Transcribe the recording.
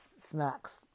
snacks